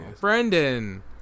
Brendan